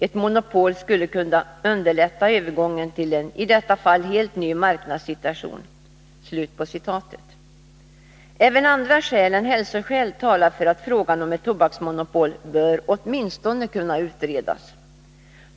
Ett monopol skulle kunna underlätta övergången till en i detta fall helt ny marknadssituation.” Även andra skäl än hälsoskäl talar för att frågan om ett tobaksmonopol åtminstone bör kunna utredas.